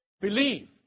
Believe